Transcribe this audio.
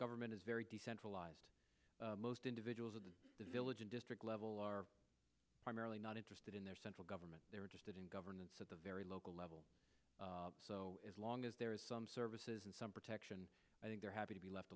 government is very decentralized most individuals of the village and district level are primarily not interested in their central government they are just in governance at the very local level so as long as there is some services and some protection i think they're happy to be left